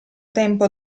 tempo